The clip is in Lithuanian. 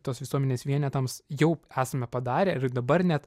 tos visuomenės vienetams jau esame padarę ir dabar net